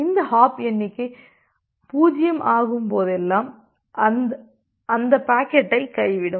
அந்த ஹாப் எண்ணிக்கை 0 ஆகும்போதெல்லாம் அது அந்த பாக்கெட்டை கைவிடும்